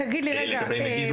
אני רוצה